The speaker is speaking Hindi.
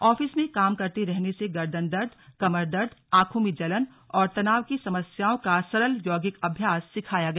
ऑफिस में काम करते रहने से गर्दन दर्द कमर दर्द आंखों में जलन और तनाव की समस्याओं का सरल यौगिक अभ्यास सिखाया गया